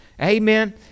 Amen